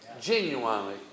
genuinely